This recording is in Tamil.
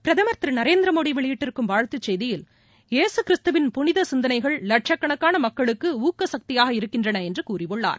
பிரதமர் திரு நரேந்திரமோடி வெளியிட்டிருக்கும் வாழ்த்துச் செய்தியில் இயேசு கிறித்துவின் புனித சிந்தனைகள் லட்சக்கணக்கான மக்களுக்கு ஊக்க சக்தியாக இருக்கின்றன என்று கூறியுள்ளார்